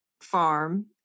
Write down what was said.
farm